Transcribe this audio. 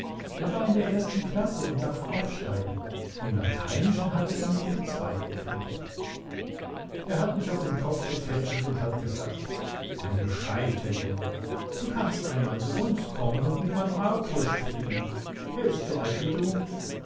er war in der ersten klasse und darf aufsteigen im lateinischen hat er die note zwei gekriegt er hat mich auf den kopf getätschelt und hat gesagt ein gescheiter junge du kannst einmal zu uns kommen und mit meinem arthur spielen er ist so alt wie du